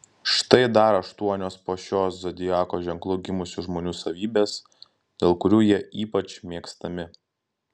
štai dar aštuonios po šiuo zodiako ženklu gimusių žmonių savybės dėl kurių jie ypač mėgstami